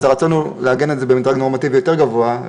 אז הרצון הוא לעגן את זה במדרג נורמטיבי יותר גבוה,